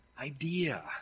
idea